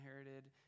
inherited